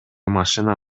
машина